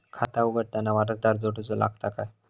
खाता उघडताना वारसदार जोडूचो लागता काय?